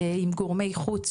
עם גורמי חוץ,